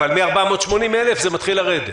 אבל מ-480,000 זה מתחיל לרדת.